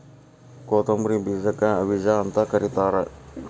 ಕೊತ್ತಂಬ್ರಿ ಬೇಜಕ್ಕ ಹವಿಜಾ ಅಂತ ಕರಿತಾರ